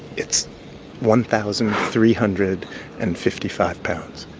it's one thousand three hundred and fifty five pounds